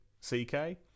C-K